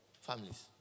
Families